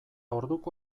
orduko